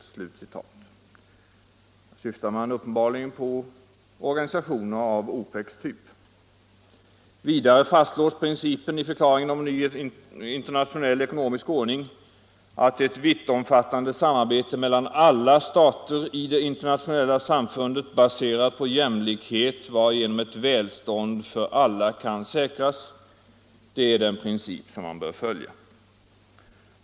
Här syftar man uppenbarligen på organisationer av OPEC:s typ. Vidare fastslås i förklaringen om en ny internationell ekonomisk ordning principen om ”ett vittomfattande samarbete mellan alla stater i det internationella samfundet baserat på jämlikhet varigenom ett välstånd för alla kan säkras”. Det är den princip man bör följa.